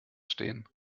stehen